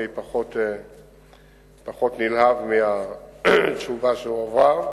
אני פחות נלהב מהתשובה שהועברה.